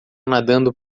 nadando